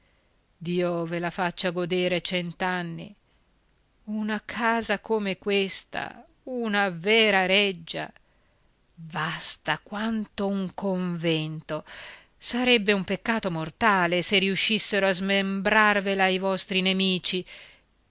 dio ve la faccia godere cent'anni una casa come questa una vera reggia vasta quanto un convento sarebbe un peccato mortale se riuscissero a smembrarvela i vostri nemici